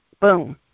Boom